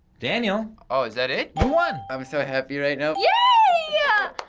daniel? oh, is that it? you won! i'm so happy right now. yeah yeah